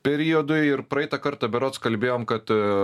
periodu ir praeitą kartą berods kalbėjom kad